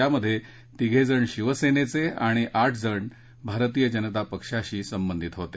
यामध्ये तिघेजण शिवसेनेचे आणि आठजण भारतीय जनता पक्षाशी संबंधित होते